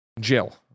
Jill